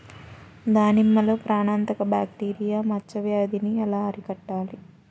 దానిమ్మలో ప్రాణాంతక బ్యాక్టీరియా మచ్చ వ్యాధినీ ఎలా అరికట్టాలి?